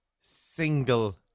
single